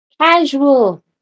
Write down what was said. Casual